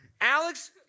Alex